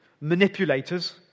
manipulators